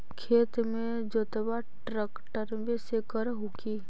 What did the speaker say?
खेत के जोतबा ट्रकटर्बे से कर हू की?